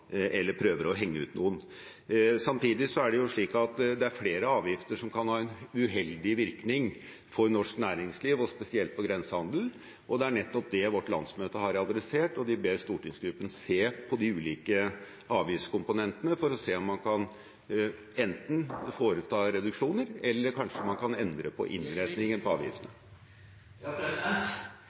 eller prøver å henge ut noen. Samtidig er det flere avgifter som kan ha en uheldig virkning på norsk næringsliv, og spesielt på grensehandelen. Det er nettopp det vårt landsmøte har adressert, og de ber stortingsgruppen se på de ulike avgiftskomponentene for å se om man enten kan foreta reduksjoner eller kanskje endre på innretningen på avgiftene.